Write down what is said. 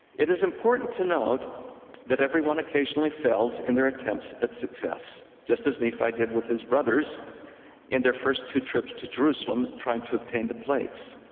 it is important to note that everyone occasionally fails in their attempts at success, just as nephi did with his brothers in their first two trips to jerusalem trying to obtain the plates.